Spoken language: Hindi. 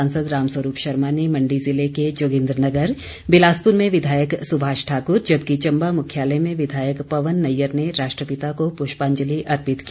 सांसद राम स्वरूप शर्मा ने मण्डी ज़िले के जोगिन्द्रनगर बिलासपुर में विधायक सुभाष ठाकर जबकि चम्बा मुख्यालय में विधायक पवन नैयर ने राष्ट्रपिता को पुष्पांजलि अर्पित की